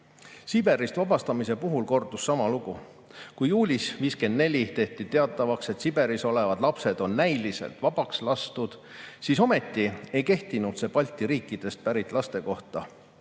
Siberist vabastamise puhul kordus sama lugu. Kui juulis 1954 tehti teatavaks, et Siberis olevad lapsed on näiliselt vabaks lastud, siis ometi ei kehtinud see Balti riikidest pärit laste kohta.